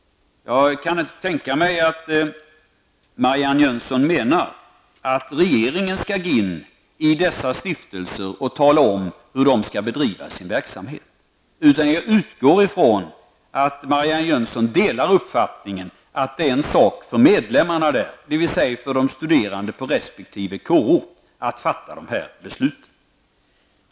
Jag kan inte tänka mig att Marianne Jönsson menar att regeringen skall gå in i dessa stiftelser och tala om hur de skall bedriva sin verksamhet. Jag utgår ifrån att Marianne Jönsson delar uppfattningen att det är en sak för medlemmarna, dvs. för de studerande på resp. kårort, att fatta dessa beslut.